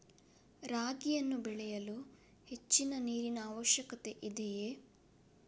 ರಾಗಿಯನ್ನು ಬೆಳೆಯಲು ಹೆಚ್ಚಿನ ನೀರಿನ ಅವಶ್ಯಕತೆ ಇದೆಯೇ?